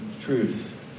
truth